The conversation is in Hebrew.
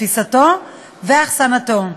תפיסתו ואחסנתו.